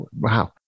wow